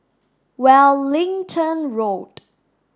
Wellington Road